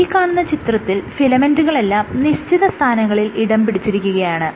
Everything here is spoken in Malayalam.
ഈ കാണുന്ന ചിത്രത്തിൽ ഫിലമെന്റുകളെല്ലാം നിശ്ചിത സ്ഥാനങ്ങളിൽ ഇടം പിടിച്ചിരിക്കുകയാണ്